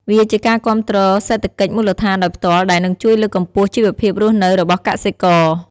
វាជាការគាំទ្រសេដ្ឋកិច្ចមូលដ្ឋានដោយផ្ទាល់ដែលនឹងជួយលើកកម្ពស់ជីវភាពរស់នៅរបស់កសិករ។